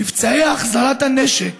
מבצעי החזרת הנשק